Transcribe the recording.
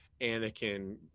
anakin